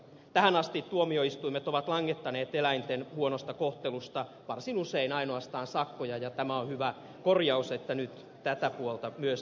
tähän asti tuomioistuimet ovat langettaneet eläinten huonosta kohtelusta varsin usein ainoastaan sakkoja ja tämä on hyvä korjaus että nyt tätä puolta myös tiukennetaan